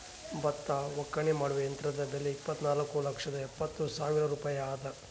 ಭತ್ತ ಒಕ್ಕಣೆ ಮಾಡುವ ಯಂತ್ರದ ಬೆಲೆ ಇಪ್ಪತ್ತುನಾಲ್ಕು ಲಕ್ಷದ ಎಪ್ಪತ್ತು ಸಾವಿರ ರೂಪಾಯಿ ಅದ